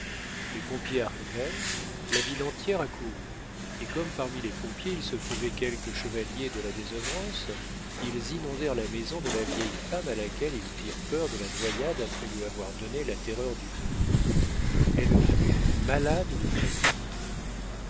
les pompiers arrivèrent la ville entière accourut et comme parmi les pompiers il se trouvait quelques chevaliers de la désœuvrance ils inondèrent la maison de la vieille femme à laquelle ils firent peur de la noyade après lui avoir donné la terreur du feu elle fut malade de frayeur